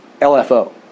LFO